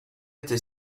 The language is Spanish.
este